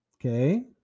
Okay